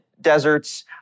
deserts